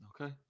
Okay